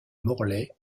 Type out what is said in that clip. morlaix